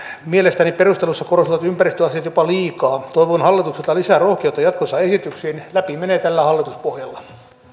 mielestäni perusteluissa korostuvat ympäristöasiat jopa liikaa toivon hallitukselta lisää rohkeutta jatkossa esityksiin läpi menevät tällä hallituspohjalla